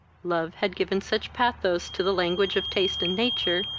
love had given such pathos to the language of taste and nature,